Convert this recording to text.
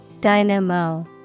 Dynamo